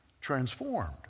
transformed